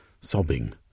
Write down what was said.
sobbing